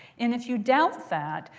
and if you doubt that,